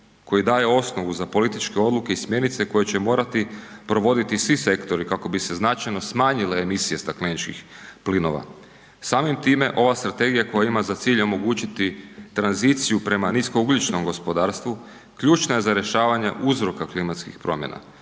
koji daje osnovu za političke odluke i smjernice koje će morati provoditi svi sektori kako bi se značajno smanjile emisije stakleničkih plinova. Samim time ova strategija koja ima za cilj omogućiti tranziciju prema niskougljičnom gospodarstvu ključna je za rješavanje uzroka klimatskih promjena